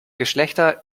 geschlechter